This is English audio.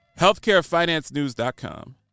healthcarefinancenews.com